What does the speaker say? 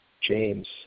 James